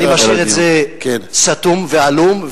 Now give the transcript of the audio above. אני משאיר את זה סתום ועלום,